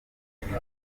kizito